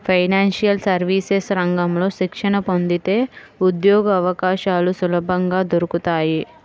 financial services రంగంలో శిక్షణ పొందితే ఉద్యోగవకాశాలు సులభంగా దొరుకుతాయి